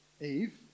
Eve